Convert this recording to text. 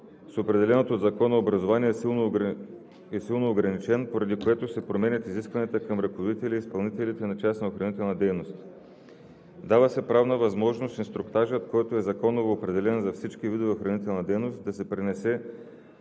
с определеното от закона образование е силно ограничен, поради което се променят изискванията към ръководителя и изпълнителите на частна охранителна дейност. Дава се правна възможност инструктажът, който е законово определен за всички видове охранителна дейност, да се пренесе